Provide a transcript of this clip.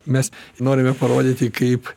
mes norime parodyti kaip